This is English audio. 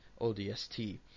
ODST